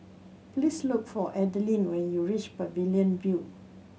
please look for Adaline when you reach Pavilion View